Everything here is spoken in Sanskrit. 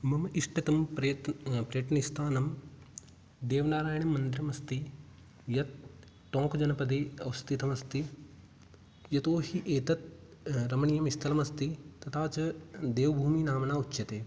मम इष्टतमं प्रयत् प्रयटनस्थानं देवनारायणमन्दिरमस्ति यत् टोङ्क् जनपदे स्थितमस्ति यतोहि एतद् रमणीयस्थलमस्ति तथा च देवभूमिः नाम्ना उच्यते